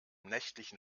nächtlichen